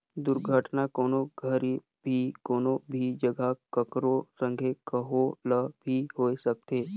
दुरघटना, कोनो घरी भी, कोनो भी जघा, ककरो संघे, कहो ल भी होए सकथे